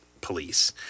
police